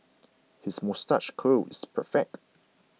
his moustache curl is perfect